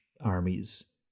armies